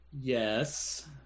Yes